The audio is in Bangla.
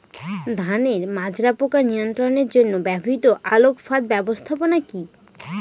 ধানের মাজরা পোকা নিয়ন্ত্রণের জন্য ব্যবহৃত আলোক ফাঁদ ব্যবস্থাপনা কি?